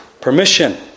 permission